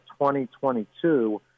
2022